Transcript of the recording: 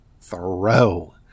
throw